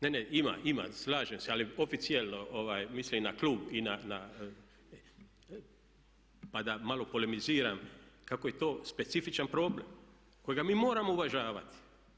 Ne, ne ima slažem se ali oficijalno mislim na klub pa da malo polemiziram kako je to specifičan problem kojega mi moramo uvažavati.